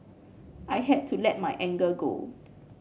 I had to let my anger go